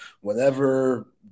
whenever